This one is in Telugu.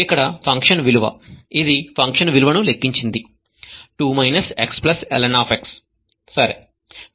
ఇక్కడ ఫంక్షన్ విలువ ఇది ఫంక్షన్ విలువను లెక్కించింది 2 xln సరే